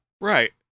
Right